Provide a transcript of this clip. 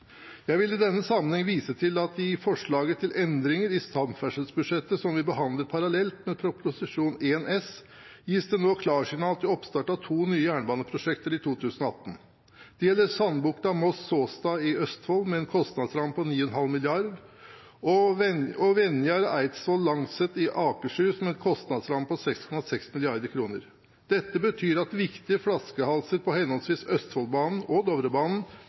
Jeg vil i denne sammenheng vise til at i forslaget til endringer i samferdselsbudsjettet, som vi behandler parallelt med Prop. 1 S, gis det nå klarsignal til oppstart av to nye jernbaneprosjekter i 2018. Det gjelder Sandbukta–Moss–Såstad i Østfold, med en kostnadsramme på 9,5 mrd. kr og Venjar–Eidsvoll–Langset i Akershus, med en kostnadsramme på 6,6 mrd. kr. Dette betyr at viktige flaskehalser på henholdsvis Østfoldbanen og Dovrebanen